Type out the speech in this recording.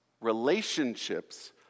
Relationships